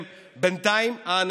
לא נעלה את המקדם.